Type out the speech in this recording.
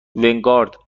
ونگارد